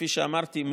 כפי שאמרתי,